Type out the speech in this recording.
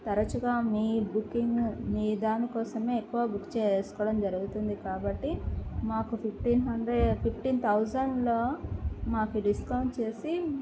తరచుగా మీ బుకింగ్ మీ దానికోసమే ఎక్కువ బుక్ చేసుకోవడం జరుగుతుంది కాబట్టి మాకు ఫిఫ్టీన్ హండ్రెడ్ ఫిఫ్టీన్ థౌజండ్లో మాకు డిస్కౌంట్ చేసి